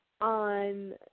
on